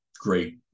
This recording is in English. great